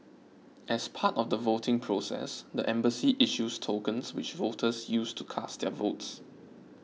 as part of the voting process the embassy issues tokens which voters use to cast their votes